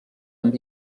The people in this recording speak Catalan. amb